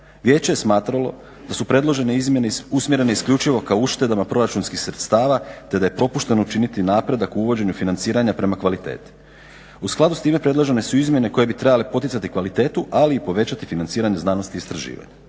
Vijeće je smatralo da su predložene izmjene usmjerene isključivo ka uštedama proračunskih sredstava, te da je propušteno učiniti napredak u uvođenju financiranja prema kvaliteti. U skladu s time predložene su izmjene koje bi trebale poticati kvalitetu, ali i povećati financiranje znanosti istraživanja.